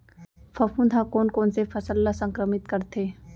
फफूंद ह कोन कोन से फसल ल संक्रमित करथे?